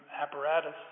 apparatus